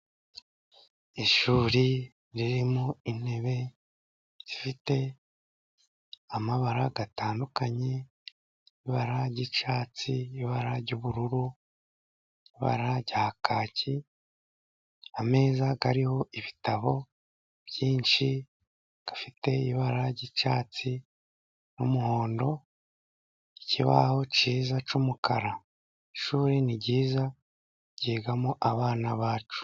Ishuri ririmo intebe zifite amabara atandukanye ibara r'icyatsi, ibara ry'ubururu, ibara rya kaki, ameza hariho ibitabo byinshi afite ibara ry'icyatsi n'umuhondo, ikibaho cyiza cy'umukara, ishuri ni ryiza ryigamo abana bacu.